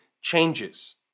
changes